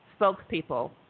spokespeople